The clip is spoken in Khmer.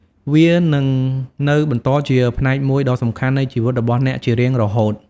វានឹងនៅបន្តជាផ្នែកមួយដ៏សំខាន់នៃជីវិតរបស់អ្នកជារៀងរហូត។